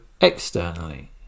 externally